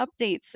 updates